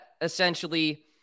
essentially